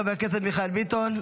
חבר הכנסת מיכאל ביטון,